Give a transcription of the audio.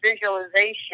visualization